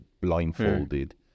blindfolded